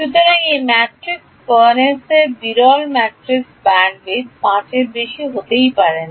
সুতরাং এই ম্যাট্রিক্সের স্পারনেস এই বিরল ম্যাট্রিক্সের ব্যান্ডউইথ 5 এর বেশি হতে পারে না